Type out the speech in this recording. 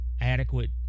adequate